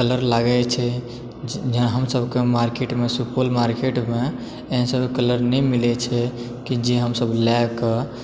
colour लागए छै जे हम सभकेँ मार्केटमे सुपौल मार्केटमे एहन सभ कलर नहि मिलय छै कि जे हमसभ लयके